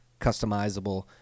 customizable